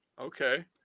Okay